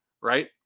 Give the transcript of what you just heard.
right